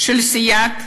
של הסיעה